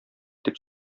дип